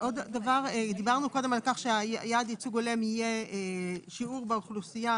דיברנו על כך שיעד ייצוג הולם יהיה שיעור באוכלוסייה